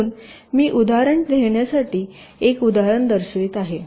म्हणून मी उदाहरण देण्यासाठी एक उदाहरण दर्शवित आहे